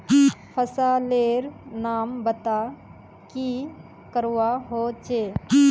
फसल लेर नाम बता की करवा होचे?